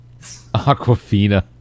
Aquafina